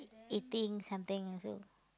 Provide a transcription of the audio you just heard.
eating something also